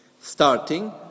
Starting